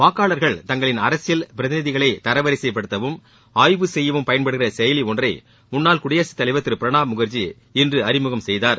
வாக்காளர்கள் தங்களின் அரசியல் பிரதிநிதிகளை தரவரிசைபடுத்தவும் ஆய்வு செய்யவும் பயன்படுகின்ற செயலி ஒன்றை முன்னாள் குடியரசு தலைவர் திரு பிரணாப் முகர்ஜி இன்று அறிமுகம் செய்தார்